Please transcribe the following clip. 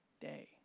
day